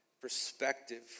perspective